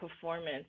performance